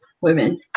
women